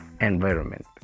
environment